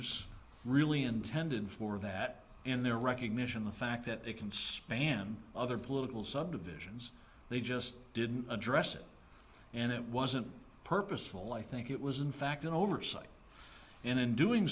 framers really intended for that and their recognition the fact that it can span other political subdivisions they just didn't address it and it wasn't purposeful i think it was in fact an oversight and in doing